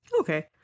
Okay